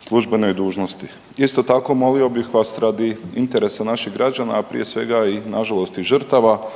službenoj dužnosti. Isto tako, molio bih vas radi interesa naših građana, a prije svega i nažalost i žrtava,